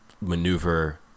Maneuver